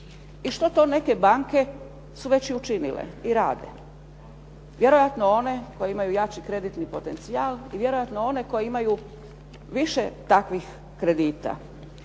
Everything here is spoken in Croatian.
I što to neke banke su već i učinile i rade. Vjerojatno one koje imaju jači kreditni potencijal i vjerojatno one koje imaju više takvih kredita.